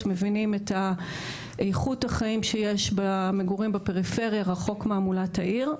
מבינים את איכות החיים במגורים בפריפריה רחוק מהמולת העיר,